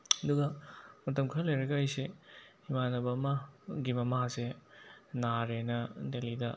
ꯑꯗꯨꯒ ꯃꯇꯝ ꯈꯔ ꯂꯩꯔꯒ ꯑꯩꯁꯦ ꯏꯃꯥꯟꯅꯕ ꯑꯃꯒꯤ ꯃꯃꯥꯁꯦ ꯅꯥꯔꯦꯅ ꯗꯦꯜꯂꯤꯗ